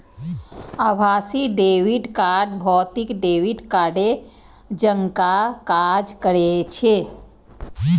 आभासी debit card भौतिक debit कार्डे जकां काज करै छै